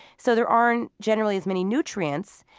so there aren't generally as many nutrients.